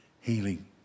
healing